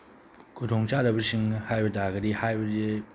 ꯈꯨꯗꯣꯡ ꯆꯥꯗꯕꯁꯤꯡ ꯍꯥꯏꯕ ꯇꯔꯒꯗꯤ ꯍꯥꯏꯕꯗꯤ